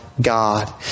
God